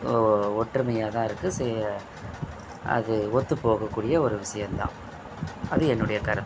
ஒ ஒற்றுமையாக தான் இருக்குது சே அது ஒத்துப் போகக்கூடிய ஒரு விஷயந்தான் அது என்னுடைய கருத்து